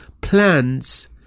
plans